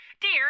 Dear